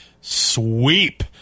sweep